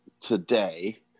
today